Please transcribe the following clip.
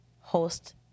host